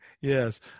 yes